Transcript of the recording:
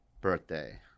birthday